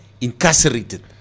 incarcerated